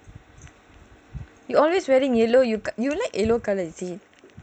you always wearing yellow you you like yellow colour is it